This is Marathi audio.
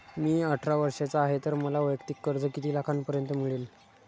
मी अठरा वर्षांचा आहे तर मला वैयक्तिक कर्ज किती लाखांपर्यंत मिळेल?